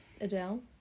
Adele